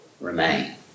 remain